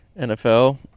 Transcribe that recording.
NFL